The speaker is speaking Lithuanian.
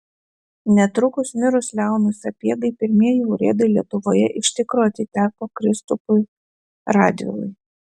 netrukus mirus leonui sapiegai pirmieji urėdai lietuvoje iš tikro atiteko kristupui radvilai